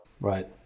Right